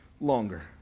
longer